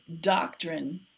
doctrine